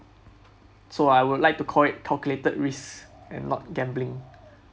so I would like to called it calculated risk and not gambling